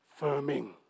firming